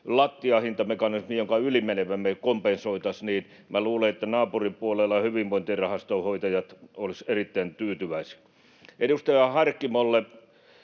lattiahintamekanismi, jossa ylimenevä me kompensoitaisiin, niin minä luulen, että naapurin puolella hyvinvointirahaston hoitajat olisivat erittäin tyytyväisiä. Edustaja Harkimolle: